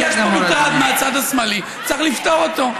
יש פה מטרד מהצד השמאלי, צריך לפתור אותו.